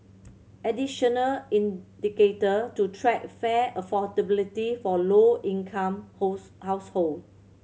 additional indicator to track fare affordability for low income holds household